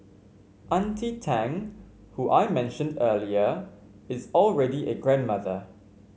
auntie Tang who I mentioned earlier is already a grandmother